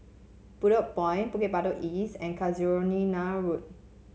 Bedok Point Bukit Batok East and Casuarina Road